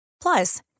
Plus